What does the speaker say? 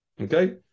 okay